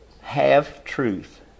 half-truth